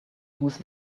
whose